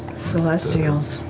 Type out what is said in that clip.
celestials.